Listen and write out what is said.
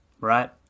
right